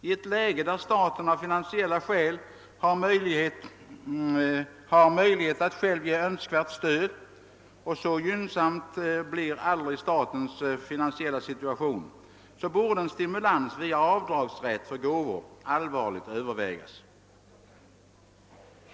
I ett läge där staten av finansiella skäl inte har möjlighet att själv ge önskvärt stöd — så gynnsamt blir aldrig statens finansiel la läge — borde en stimulans via avdragsrätt för gåvor allvarligt övervägas.